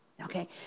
Okay